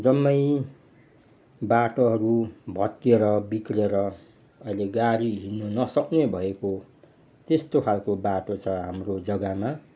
जम्मै बाटोहरू भत्किएर बिग्रेर अहिले गाडी हिँड्नु नसक्ने भएको त्यस्तो खालको बाटो छ हाम्रो जग्गामा